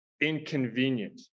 inconvenient